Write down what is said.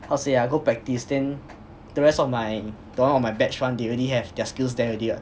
how say ah go practice then the rest of my the one on my batch [one] they already have their skills there already what